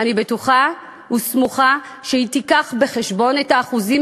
אני סמוכה ובטוחה שהיא תיקח בחשבון את האחוזים